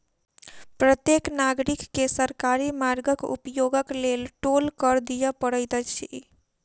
प्रत्येक नागरिक के सरकारी मार्गक उपयोगक लेल टोल कर दिअ पड़ैत अछि